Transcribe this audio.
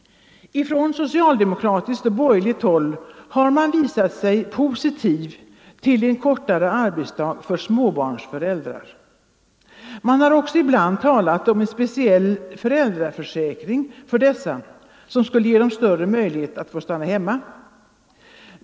Från socialdemokratiskt och borgerligt håll har man visat sig positiv till en kortare arbetsdag för småbarnsföräldrar. Man har också ibland talat om en speciell föräldraförsäkring som skulle ge dem större möjlighet att stanna hemma.